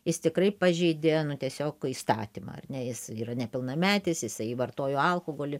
jis tikrai pažeidė tiesiog įstatymą ar ne jis yra nepilnametis jisai vartojo alkoholį